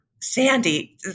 Sandy